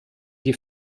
die